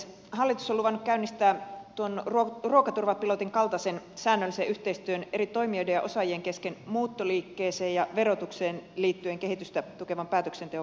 hallitus on luvannut käynnistää tuon ruokaturvapilotin kaltaisen säännöllisen yhteistyön eri toimijoiden ja osaa jien kesken muuttoliikkeeseen ja verotukseen liittyen kehitystä tukevan päätöksenteon vahvistamiseksi